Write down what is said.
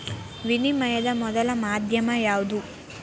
ವಿನಿಮಯದ ಮೊದಲ ಮಾಧ್ಯಮ ಯಾವ್ದು